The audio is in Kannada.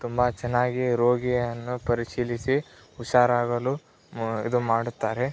ತುಂಬ ಚೆನ್ನಾಗಿ ರೋಗಿಯನ್ನು ಪರಿಶೀಲಿಸಿ ಹುಷಾರಾಗಲು ಇದು ಮಾಡುತ್ತಾರೆ